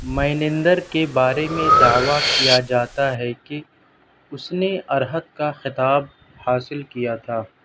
Menander کے بارے میں دعویٰ کیا جاتا ہے کہ اس نے ارہت کا خطاب حاصل کیا تھا